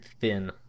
thin